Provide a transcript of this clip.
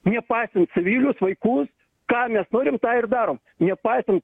nepaisant civilius vaikus ką mes norim tą ir darom nepaisant